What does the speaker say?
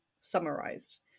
summarized